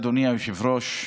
אדוני היושב-ראש,